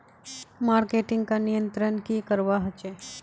Marketing का नियंत्रण की करवा होचे?